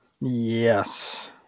Yes